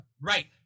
right